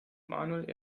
manuel